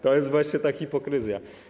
To jest właśnie ta hipokryzja.